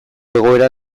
egoera